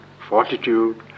fortitude